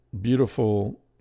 beautiful